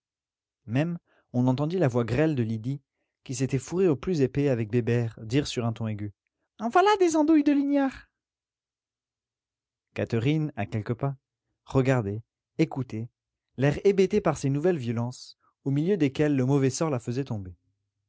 même on entendit la voix grêle de lydie qui s'était fourrée au plus épais avec bébert dire sur un ton aigu en voilà des andouilles de lignards catherine à quelques pas regardait écoutait l'air hébété par ces nouvelles violences au milieu desquelles le mauvais sort la faisait tomber